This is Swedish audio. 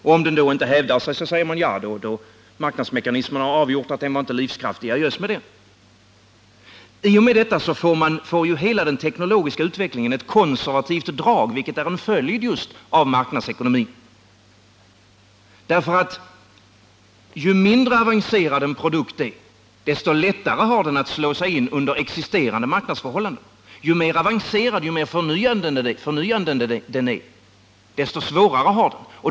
Om den inte hävdar sig, säger man att marknadsmekanismerna har gjort att den inte är livskraftig. Adjöss med den! I och med detta får hela den teknologiska utvecklingen ett konservativt drag, vilket är en följd just av marknadsekonomin. Ju mindre avancerad en produkt är, desto lättare har den att slå sig in under existerande marknadsförhållanden. Ju mer avancerad, ju mer förnyande den är, desto svårare har den.